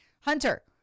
Hunter